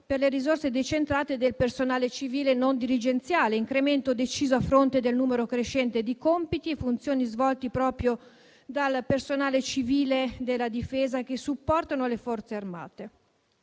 per le risorse decentrate del personale civile non dirigenziale; incremento deciso a fronte del numero crescente di compiti e funzioni svolte proprio dal personale civile della Difesa che supporta le Forze armate.